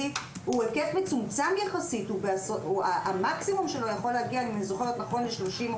הוא יחסית מצומצם; המקסימום שלו יכול להגיע לכ-30%.